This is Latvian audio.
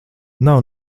nav